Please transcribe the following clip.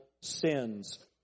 sins